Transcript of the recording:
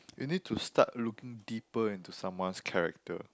you need to starting looking deeper into someone's character